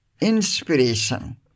inspiration